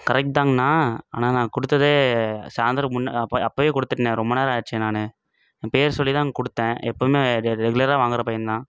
correct தாங்ணா ஆனால் நான் கொடுத்ததே சாயந்தரோம் முன்ன அப்போ அப்பயே கொடுத்துட்னே ரொம்ப நேரம் ஆயிடுச்சே நான் என் பேர் சொல்லி தான் கொடுத்தேன் எப்புவுமே ரெ ரெகுலராக வாங்கிற பையன்தான்